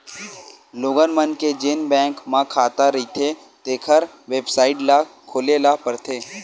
लोगन मन के जेन बैंक म खाता रहिथें तेखर बेबसाइट ल खोले ल परथे